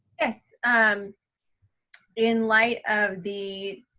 yes, and in light of the